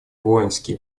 воинские